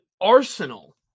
Arsenal